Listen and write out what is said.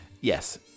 Yes